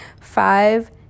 five